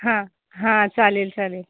हां हां चालेल चालेल